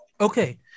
Okay